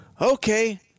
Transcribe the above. Okay